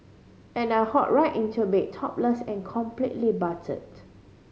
and I hop right into bed topless and completely buttered